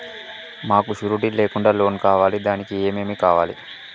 మాకు షూరిటీ లేకుండా లోన్ కావాలి దానికి ఏమేమి కావాలి?